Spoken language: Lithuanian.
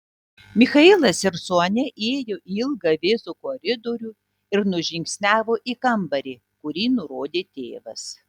michailas ir sonia įėjo į ilgą vėsų koridorių ir nužingsniavo į kambarį kurį nurodė tėvas